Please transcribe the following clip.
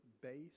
base